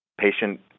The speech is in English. Patient